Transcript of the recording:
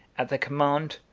at the command,